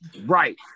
Right